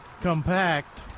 compact